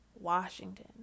Washington